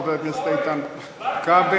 חבר הכנסת איתן כבל,